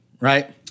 right